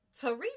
Teresa